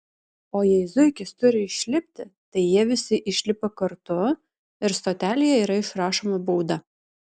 o jei zuikis turi išlipti tai jie visi išlipa kartu ir stotelėje yra išrašoma bauda